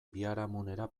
biharamunera